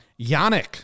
Yannick